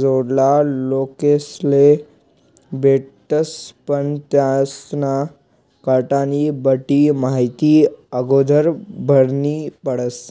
जोडला लोकेस्ले भेटतस पण त्यास्ना खातानी बठ्ठी माहिती आगोदर भरनी पडस